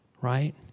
Right